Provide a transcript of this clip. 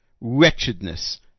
wretchedness